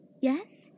Yes